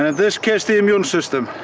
this case, the immune system.